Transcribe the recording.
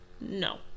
No